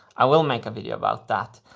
i will make a video about that,